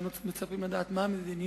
היינו מצפים לדעת מה המדיניות.